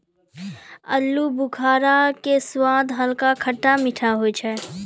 आलूबुखारा के स्वाद हल्का खट्टा मीठा होय छै